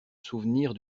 souvenir